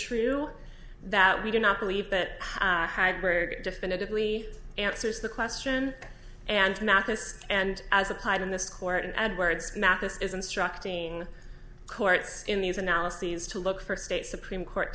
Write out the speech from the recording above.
true that we do not believe that had very definitively answers the question and mathis and as applied in this court and edwards mathis is instructing courts in these analyses to look for state supreme court